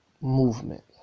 movement